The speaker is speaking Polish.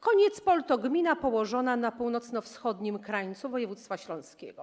Koniecpol to gmina położona na północno-wschodnim krańcu województwa śląskiego.